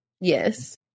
Yes